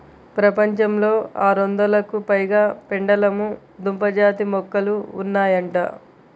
ప్రపంచంలో ఆరొందలకు పైగా పెండలము దుంప జాతి మొక్కలు ఉన్నాయంట